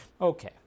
Okay